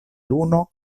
luno